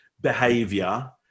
behavior